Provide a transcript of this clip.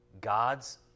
God's